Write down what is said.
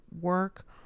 work